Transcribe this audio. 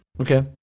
Okay